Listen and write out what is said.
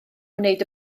wneud